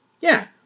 Yeah